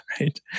right